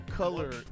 color